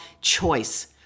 choice